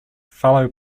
fellow